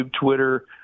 Twitter